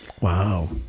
wow